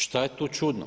Šta je tu čudno?